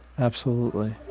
absolutely